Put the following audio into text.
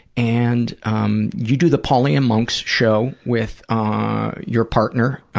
and um you do the pauly and monks show with ah your partner,